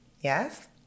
Yes